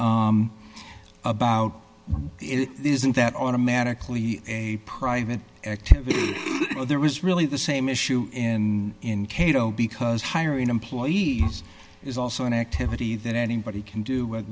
about it isn't that automatically a private activity there is really the same issue and in cato because hiring employees is also an activity that anybody can do